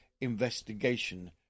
investigation